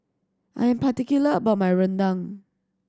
I'm particular about my Rendang